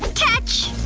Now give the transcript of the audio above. catch!